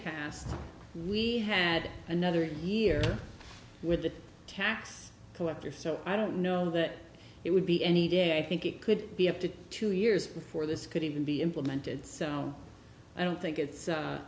passed we had another year with the tax collector so i don't know that it would be any day i think it could be up to two years before this could even be implemented so i don't think it's